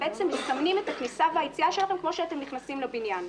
ומסמנים את הכניסה והיציאה שלכם כמו שאתם נכנסים לבניין,